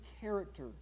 character